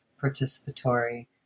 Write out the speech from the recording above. participatory